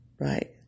right